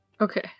Okay